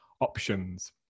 options